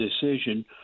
decision